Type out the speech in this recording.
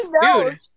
Dude